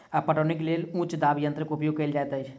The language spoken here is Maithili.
पटौनीक लेल उच्च दाब यंत्रक उपयोग कयल जाइत अछि